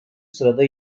sırada